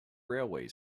railway